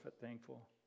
thankful